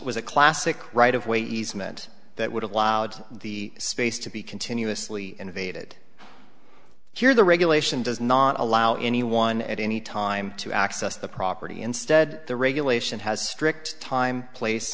was a classic right of way easement that would have allowed the space to be continuously invaded here the regulation does not allow anyone at any time to access the property instead the regulation has strict time place